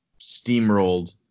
steamrolled